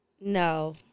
No